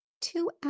Two